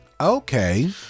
Okay